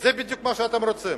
זה בדיוק מה שאתם רוצים.